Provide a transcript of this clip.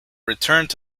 returned